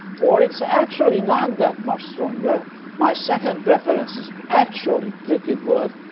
or it's actually not that much stronger my second preference is actually pretty good,